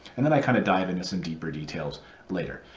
and then i kind of dive into some deeper details later.